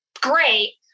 great